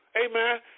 amen